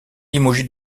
limogé